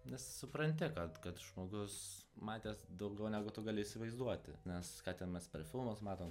nes supranti kad kad žmogus matęs daugiau negu tu gali įsivaizduoti nes ką ten mes per filmus matom